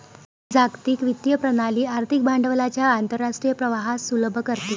जागतिक वित्तीय प्रणाली आर्थिक भांडवलाच्या आंतरराष्ट्रीय प्रवाहास सुलभ करते